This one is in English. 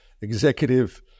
executive